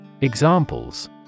Examples